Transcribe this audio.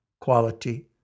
quality